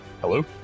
Hello